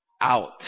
out